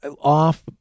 off